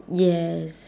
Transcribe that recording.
yes